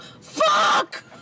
Fuck